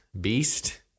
beast